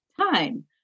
time